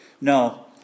No